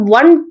one